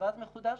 במכרז מחודש.